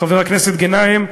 חבר הכנסת גנאים,